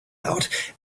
out